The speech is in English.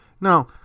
Now